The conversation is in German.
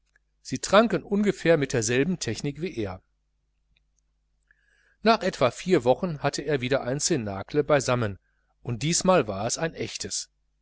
sie tranken ungefähr mit derselben technik wie er nach etwa vier wochen hatte er wieder ein cnacle beisammen und diesmal war es ein echtes